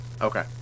Okay